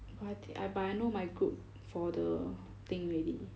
but I thi~ but I know my group for the thing already